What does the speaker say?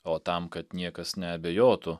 o tam kad niekas neabejotų